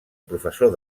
professor